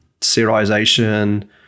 serialization